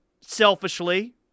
selfishly